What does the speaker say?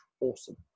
awesome